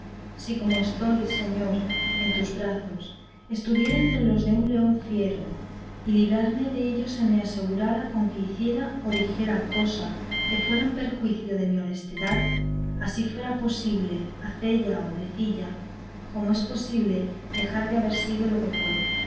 si como estoy señor en tus brazos estuviera entre los de un león fiero y el librarme dellos se me asegurara con que hiciera o dijera cosa que fuera en perjuicio de mi honestidad así fuera posible hacella o decilla como es posible dejar de haber sido lo que fue